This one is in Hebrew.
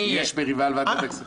יש מריבה על ועדת הכספים?